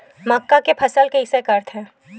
मक्का के फसल कइसे करथे?